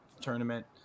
tournament